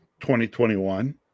2021